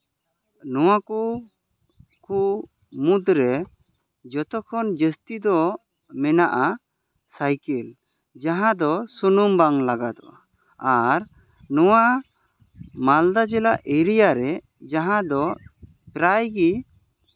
ᱱᱚᱣᱟ ᱠᱚ ᱠᱩ ᱢᱩᱫᱽᱨᱮ ᱡᱷᱚᱛᱚ ᱠᱷᱚᱱ ᱡᱟᱹᱥᱛᱤ ᱫᱚ ᱢᱮᱱᱟᱜᱼᱟ ᱥᱟᱭᱠᱮᱞ ᱡᱟᱦᱟᱸ ᱫᱚ ᱥᱩᱱᱩᱢ ᱵᱟᱝ ᱞᱟᱜᱟᱫᱚᱜᱼᱟ ᱟᱨ ᱱᱚᱣᱟ ᱢᱟᱞᱫᱟ ᱡᱮᱞᱟ ᱮᱨᱤᱭᱟ ᱨᱮ ᱡᱟᱦᱟᱸ ᱫᱚ ᱯᱨᱟᱭ ᱜᱮ